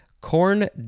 Corn